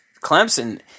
Clemson